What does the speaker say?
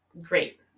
great